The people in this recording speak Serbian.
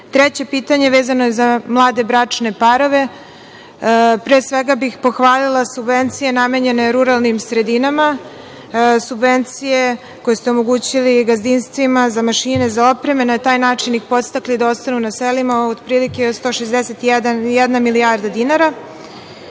pitanje vezano je za mlade bračne parove. Pre svega bih pohvalila subvencije namenjene ruralnim sredinama, subvencije koje ste omogućili gazdinstvima za mašine, za opreme i na taj način ih podstakli da ostanu na selima, otprilike 161 milijarda dinara.